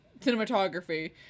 cinematography